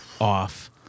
off